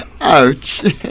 Ouch